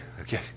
okay